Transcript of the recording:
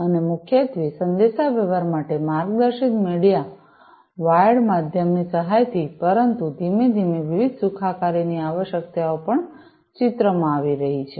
અને મુખ્યત્વે સંદેશાવ્યવહાર માટે માર્ગદર્શિત મીડિયા વાયર્ડ માધ્યમની સહાયથી પરંતુ ધીમે ધીમે વિવિધ સુખાકારીની આવશ્યકતાઓ પણ ચિત્રમાં આવી રહી છે